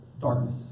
darkness